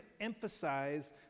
emphasize